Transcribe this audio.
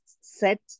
set